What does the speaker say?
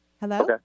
Hello